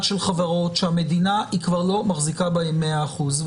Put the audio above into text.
של חברות שהמדינה היא כבר לא מחזיקה בהן ב-100 אחוזים.